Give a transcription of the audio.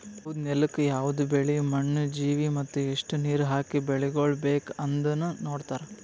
ಯವದ್ ನೆಲುಕ್ ಯವದ್ ಬೆಳಿ, ಮಣ್ಣ, ಜೀವಿ ಮತ್ತ ಎಸ್ಟು ನೀರ ಹಾಕಿ ಬೆಳಿಗೊಳ್ ಬೇಕ್ ಅಂದನು ನೋಡತಾರ್